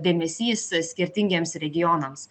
dėmesys a skirtingiems regionams